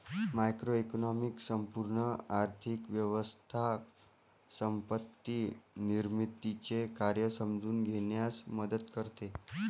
macroeconomics संपूर्ण आर्थिक व्यवस्था संपत्ती निर्मितीचे कार्य समजून घेण्यास मदत करते